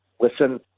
listen